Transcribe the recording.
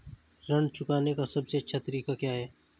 ऋण चुकाने का सबसे अच्छा तरीका क्या है?